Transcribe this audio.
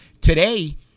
today